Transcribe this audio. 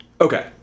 Okay